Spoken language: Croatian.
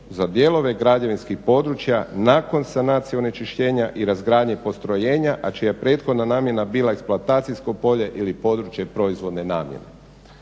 za dijelove građevinskih područja nakon sanacije onečišćenja i razgradnje postrojenja, a čija je prethodna namjena bila eksploatacijsko polje ili područje proizvodne namjene."